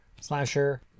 slasher